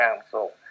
Council